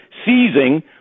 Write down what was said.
seizing